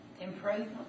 improvement